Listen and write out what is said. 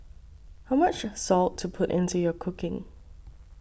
how much salt to put into your cooking